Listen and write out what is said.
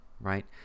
right